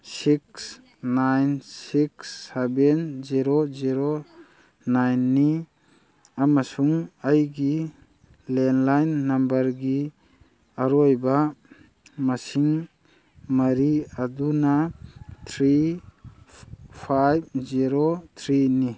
six nine six seven zero zero ꯅꯥꯏꯟꯅꯤ ꯑꯃꯁꯨꯡ ꯑꯩꯒꯤ ꯂꯦꯟꯂꯥꯏꯟ ꯅꯝꯕꯔꯒꯤ ꯑꯔꯣꯏꯕ ꯃꯁꯤꯡ ꯃꯔꯤ ꯑꯗꯨꯅ ꯊ꯭ꯔꯤ ꯐꯥꯏꯚ ꯖꯦꯔꯣ ꯊ꯭ꯔꯤꯅꯤ